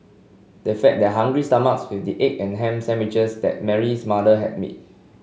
they fed their hungry stomachs with the egg and ham sandwiches that Mary's mother had made